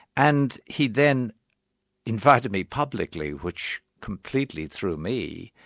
and he then invited me publicly, which completely threw me,